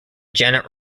janet